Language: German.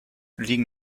liegen